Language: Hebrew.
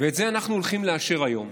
ואת זה אנחנו הולכים לאשר היום.